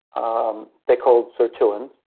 ah um they're called sirtuins.